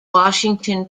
washington